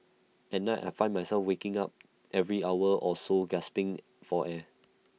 at night I found myself waking up every hour or so gasping for air